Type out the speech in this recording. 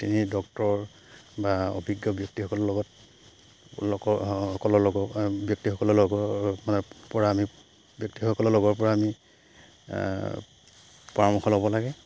veterinary doctor বা অভিজ্ঞ ব্যক্তিসকলৰ লগত লোকৰ সকলো লগৰ ব্যক্তিসকলৰ লগৰ মানে পৰা আমি ব্যক্তিসকলৰ লগৰ পৰা আমি পৰামৰ্শ ল'ব লাগে